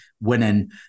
winning